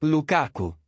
Lukaku